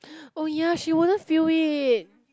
oh ya she wouldn't feel it